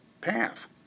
path